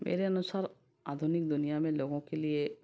मेरे अनुसार आधुनिक दुनिया में लोगों के लिए